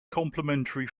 complementary